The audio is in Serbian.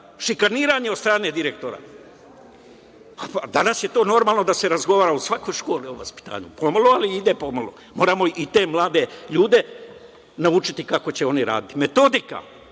šikaniranje od strane direktora. Danas je to normalno da se razgovara u svakoj školi o vaspitanju, po malo, ali ide po malo. Moramo i te mlade ljude naučiti kako će oni raditi. Metodika,